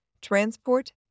transport